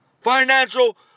Financial